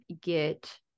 get